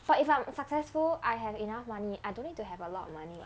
but if I'm successful I have enough money I don't need to have a lot of money [what]